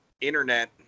internet